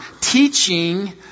teaching